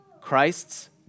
Christ's